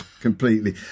completely